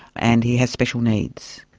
and he has special needs.